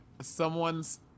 someone's